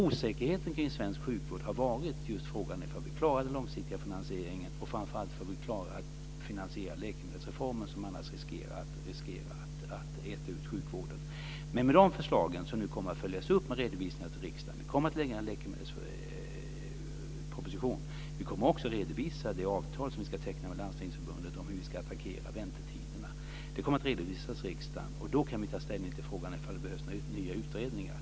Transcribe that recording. Osäkerheten i svensk sjukvård har varit frågan om ifall vi klarar den långsiktiga finansieringen och framför allt om ifall vi klarar att finansiera läkemedelsreformen, som annars riskerar att äta ut sjukvården. Förslagen kommer nu att följas upp med redovisningar till riksdagen. Det kommer att redovisas för riksdagen, och då kan vi ta ställning till frågan om ifall det behövs några nya utredningar.